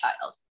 child